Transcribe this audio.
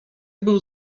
był